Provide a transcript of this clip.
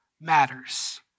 matters